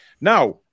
Now